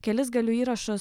kelis galiu įrašus